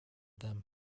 them